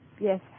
Yes